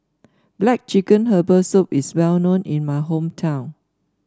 black chicken Herbal Soup is well known in my hometown